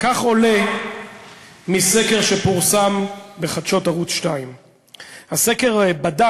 כך עולה מסקר שפורסם בחדשות ערוץ 2. הסקר בדק,